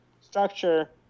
structure